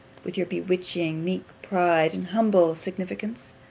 with your bewitching meek pride, and humble significance?